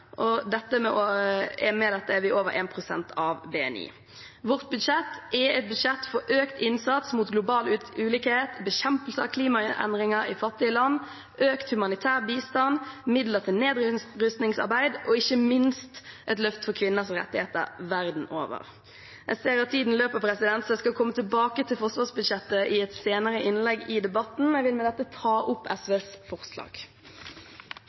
Med dette er vi over 1 pst. av BNI. Vårt budsjett er et budsjett for økt innsats mot global ulikhet, bekjempelse av klimaendringer i fattige land, økt humanitær bistand, midler til nedrustningsarbeid og ikke minst et løft for kvinners rettigheter verden over. Jeg ser at tiden løper, så jeg skal komme tilbake til forsvarsbudsjettet i et senere innlegg i debatten. Det fremste formålet med